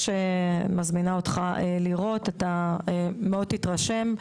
מזמינה אותך לראות אתה מאוד תתרשם,